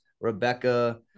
Rebecca